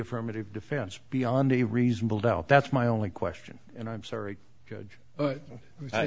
affirmative defense beyond a reasonable doubt that's my only question and i'm sorry judge but